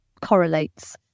correlates